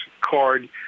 card